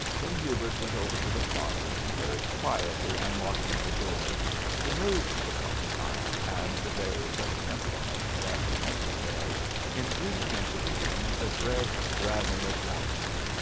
then hubert went over to the closet, and very quietly unlocking the door removed the crocodile and the various other implements that were necessary in bringing into being the dread dragon of wantley.